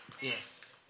Yes